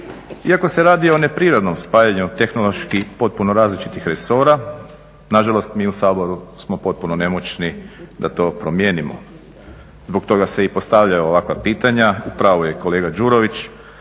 Iako se radi o neprirodnom spajanju tehnološki potpuno različitih resora, nažalost mi u Saboru smo potpuno nemoćni da to promijenimo, zbog toga se i postavljaju ovakva pitanja. U pravu je i kolega Đurović,